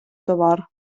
товар